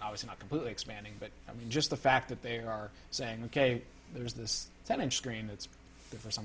i was in a completely expanding but i mean just the fact that they are saying ok there is this ten inch screen that's there for some